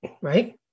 Right